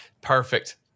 Perfect